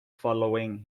following